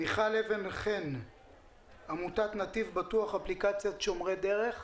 מיכל אבן-חן מעמותת "נתיב בטוח" אפליקציית שומרי דרך.